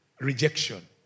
rejection